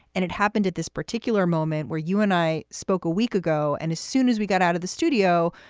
and it happened at this particular moment where you and i spoke a week ago. and as soon as we got out of the studio,